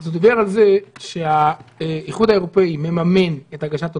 הוא דיבר על זה שהאיחוד האירופי מממן את הגשת התוכניות.